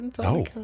No